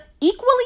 equally